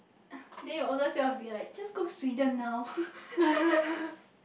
then your older self will be like just go Sweden now